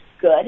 good